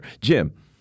Jim